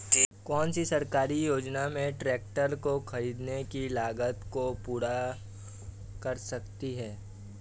कौन सी सरकारी योजना मेरे ट्रैक्टर को ख़रीदने की लागत को पूरा कर सकती है?